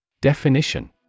Definition